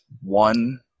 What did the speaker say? one